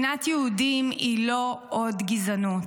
שנאת יהודים היא לא עוד גזענות,